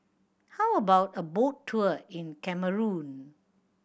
how about a boat tour in Cameroon